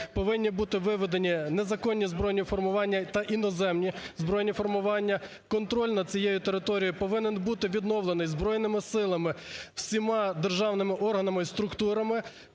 повинні бути виведені незаконні збройні формування та іноземні збройні формування, контроль над цією територією повинен бути відновлений збройними силами, всіма державними органами і структурами,